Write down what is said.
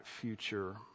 future